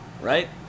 right